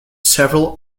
several